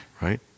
right